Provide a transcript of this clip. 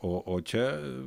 o o čia